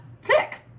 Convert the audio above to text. sick